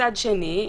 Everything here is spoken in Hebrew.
מצד שני,